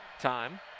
time